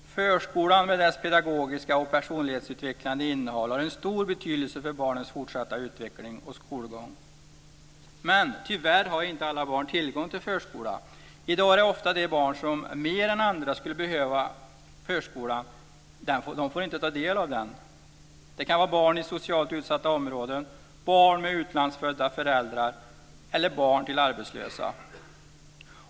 Förskolan med dess pedagogiska och personlighetsutvecklande innehåll har en stor betydelse för barnens fortsatta utveckling och skolgång. Men tyvärr har inte alla barn tillgång till förskola. I dag får ofta de barn som mer än andra skulle behöva förskola inte ta del av den. Det kan vara barn i socialt utsatta områden, barn med utlandsfödda föräldrar eller barn till arbetslösa.